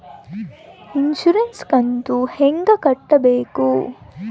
Insurance ಕಂತು ಹೆಂಗ ಕಟ್ಟಬೇಕು?